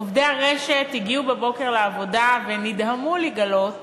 עובדי הרשת הגיעו בבוקר לעבודה ונדהמו לגלות